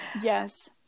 Yes